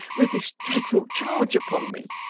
with this dreadful charge upon me